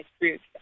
groups